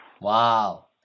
Wow